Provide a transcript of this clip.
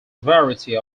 variety